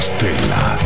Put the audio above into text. Stella